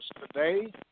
today